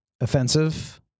offensive